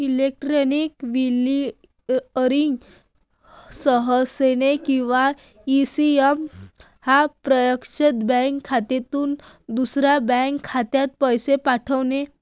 electronic clearing services किंवा ECS हा प्रत्यक्षात बँक खात्यातून दुसऱ्या बँक खात्यात पैसे पाठवणे